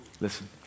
Listen